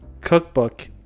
cookbook